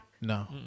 No